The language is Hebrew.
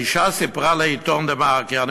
האישה סיפרה לעיתון "דה-מרקר": אני